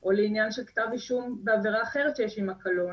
או לעניין של כתב אישום בעבירה אחרת שיש עימה קלון,